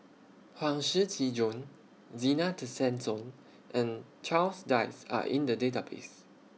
Huang Shiqi Joan Zena Tessensohn and Charles Dyce Are in The Database